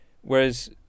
Whereas